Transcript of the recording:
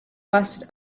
west